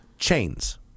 Chains